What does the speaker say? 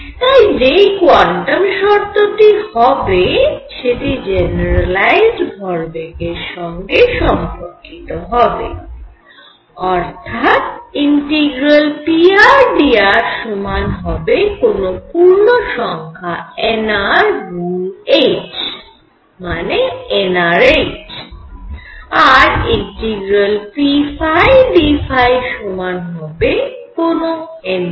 তাই যেই কোয়ান্টাম শর্তটি হবে সেটি জেনেরালাইজড ভরবেগের সঙ্গে সম্পর্কিত হবে অর্থাৎ ∫prdr সমান হবে কোন পূর্ণসংখ্যা nr গুন h মানে nr h আর ∫pdϕ সমান হবে কোনো nh